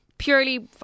purely